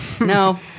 No